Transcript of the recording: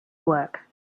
work